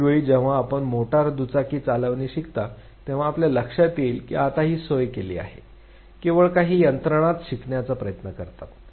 पुढील वेळी जेव्हा आपण मोटार दुचाकी चालविणे शिकता तेव्हा आपल्या लक्षात येईल की आता ही सोय केली आहे केवळ काही यंत्रणाच शिकण्याचा प्रयत्न करतात